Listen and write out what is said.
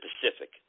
Pacific